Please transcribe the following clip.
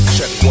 Check